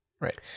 Right